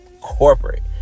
corporate